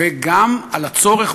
וגם על הצורך,